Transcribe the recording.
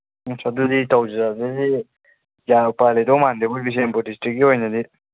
ꯑꯁ ꯑꯗꯨꯗꯤ ꯇꯧꯖꯗ꯭ꯔꯦꯍꯦ ꯎꯄꯥꯏ ꯂꯩꯗꯧꯕ ꯃꯥꯟꯗꯦꯕꯣ ꯕꯤꯁꯦꯝꯞꯨꯔ ꯗꯤꯁꯇ꯭ꯔꯤꯛꯀꯤ ꯑꯣꯏꯅꯗꯤ